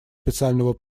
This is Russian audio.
специального